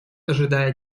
ожидая